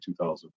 2000